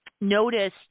notice